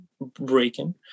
breaking